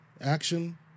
action